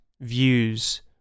views